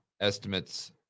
estimates